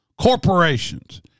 corporations